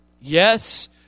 Yes